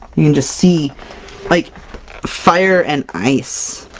you can just see like fire and ice!